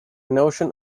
notion